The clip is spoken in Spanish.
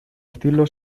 estilo